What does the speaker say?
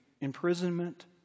imprisonment